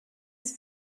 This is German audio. sie